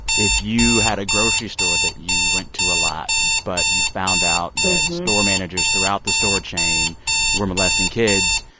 if you had a grocery store that you went to a lot, but you found out that store managers throughout the store chain were molesting kids,